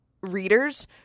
readers